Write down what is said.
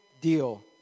deal